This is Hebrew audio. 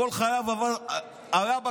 כל חייו היה בכיבוי,